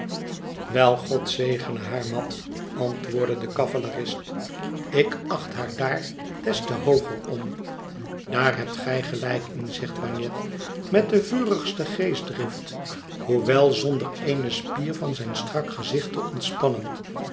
wel god zegene haar mat antwoordt de cavalerist ik acht haar daar des te hooger om daar hebt gij gelijk in zegt bagnet met de vurigste geestdrift hoewel zonder eene spier van zijn strak gezicht te ontspannen